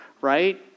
right